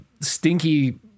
stinky